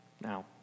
Now